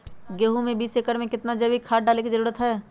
गेंहू में बीस एकर में कितना जैविक खाद डाले के जरूरत है?